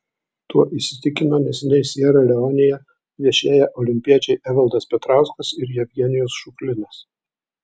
tuo įsitikino neseniai siera leonėje viešėję olimpiečiai evaldas petrauskas ir jevgenijus šuklinas